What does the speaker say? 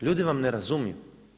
Ljudi vam ne razumiju.